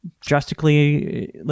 drastically